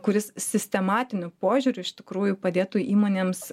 kuris sistematiniu požiūriu iš tikrųjų padėtų įmonėms